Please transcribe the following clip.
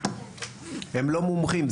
--- הם לא מומחים,